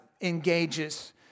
engages